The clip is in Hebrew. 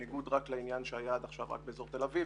עד עכשיו זה היה רק באזור תל אביב